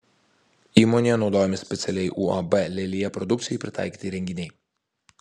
įmonėje naudojami specialiai uab lelija produkcijai pritaikyti įrenginiai